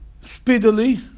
speedily